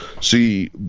See